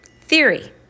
theory